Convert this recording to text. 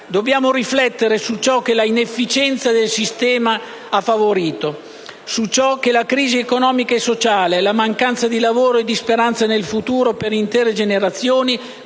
Dobbiamo riflettere su ciò che l'inefficienza del sistema ha favorito; su ciò che la crisi economica e sociale e la mancanza di lavoro e di speranza nel futuro per intere generazioni